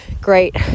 great